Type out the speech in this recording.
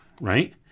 right